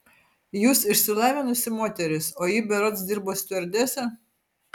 jūs išsilavinusi moteris o ji berods dirbo stiuardese